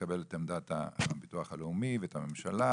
לקבל את עמדת הביטוח הלאומי ואת הממשלה,